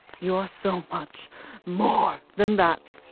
you're so much more than that!